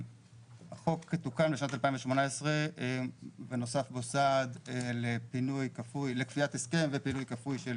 החוק תוקן לשנת 2018 ונוסף בו סעד לקביעת הסכם ופינוי כפוי של